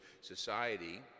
society